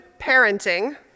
parenting